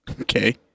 Okay